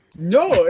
No